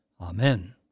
Amen